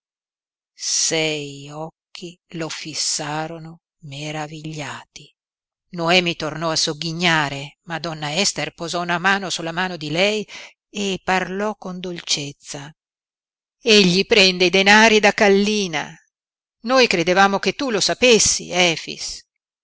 sei occhi lo fissarono meravigliati noemi tornò a sogghignare ma donna ester posò una mano sulla mano di lei e parlò con dolcezza egli prende i denari da kallina noi credevamo che tu lo sapessi efix